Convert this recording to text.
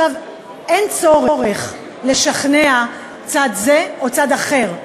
אין צורך לשכנע צד זה או צד אחר.